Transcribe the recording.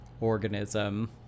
organism